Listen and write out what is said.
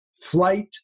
flight